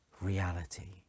reality